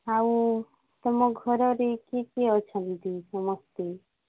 ଆଉ ତୁମ ଘରରେ କିଏ କିଏ ଅଛନ୍ତି ସମସ୍ତେ